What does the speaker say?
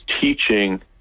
teaching